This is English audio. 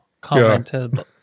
commented